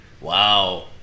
Wow